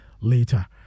later